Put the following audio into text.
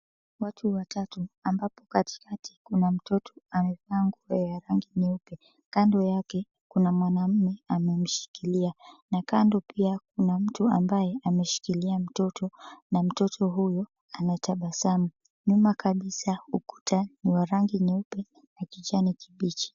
Watu watatu., ambapo katikati kuna mtoto amevaa nguo ya rangi nyeupe. Kando yake kuna mwanamume amemshikilia, na kando pia kuna mtu ambaye ameshikilia mtoto, na mtoto huyo anatabasamu. Nyuma kabisa, ukuta ni wa rangi nyeupe na kijani kibichi.